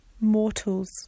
Mortals